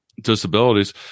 disabilities